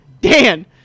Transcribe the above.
Dan